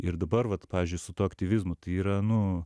ir dabar vat pavyzdžiui su tuo aktyvizmu tai yra nu